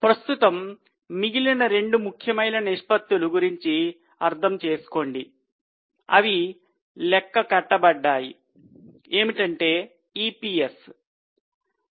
ప్రస్తుతం మిగిలిన 2 ముఖ్యమైన నిష్పత్తి గురించి అర్థం చేసుకోండి అవి లెక్క కట్టబడ్డాయి ఏమిటంటే EPS